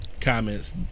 comments